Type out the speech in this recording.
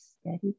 steady